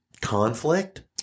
conflict